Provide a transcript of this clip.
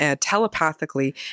telepathically